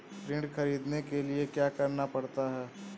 ऋण ख़रीदने के लिए क्या करना पड़ता है?